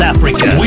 Africa